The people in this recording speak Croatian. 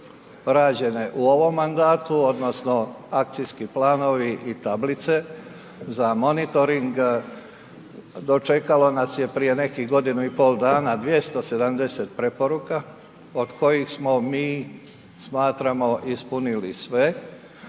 rađene u ovom mandatu odnosno akcijski planovi i tablice za monitoring dočekalo nas je prije nekih godinu i pol dana 270 preporuka od kojih smo mi smatramo ispunili sve.